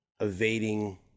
evading